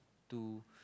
to